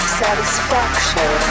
satisfaction